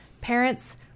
Parents